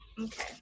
Okay